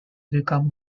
become